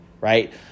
right